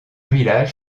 village